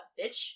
bitch